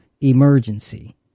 emergency